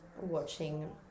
watching